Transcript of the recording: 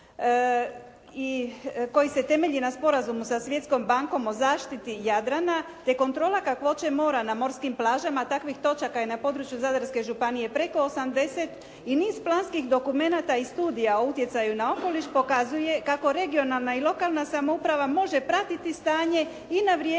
koji se temelji na sporazumu sa Svjetskom bankom o zaštiti Jadrana, te kontrola kakvoće mora na morskim plažama, takvih točaka je na području zadarske županije preko 80 i niz planskih dokumenata i studija o utjecaju na okoliš pokazuje kako regionalna i lokalna samouprava može pratiti stanje i na vrijeme